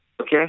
Okay